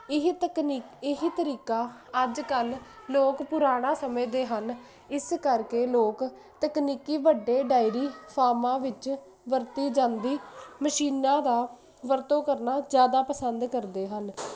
ਇਹ ਤਕਨੀਕ ਇਹ ਤਰੀਕਾ ਅੱਜ ਕੱਲ ਲੋਕ ਪੁਰਾਣਾ ਸਮੇਂ ਦੇ ਹਨ ਇਸ ਕਰਕੇ ਲੋਕ ਤਕਨੀਕੀ ਵੱਡੇ ਡਾਇਰੀ ਫਾਰਮਾਂ ਵਿੱਚ ਵਰਤੀ ਜਾਂਦੀ ਮਸ਼ੀਨਾ ਦਾ ਵਰਤੋਂ ਕਰਨਾ ਜਿਆਦਾ ਪਸੰਦ ਕਰਦੇ ਹਨ